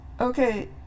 Okay